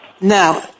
Now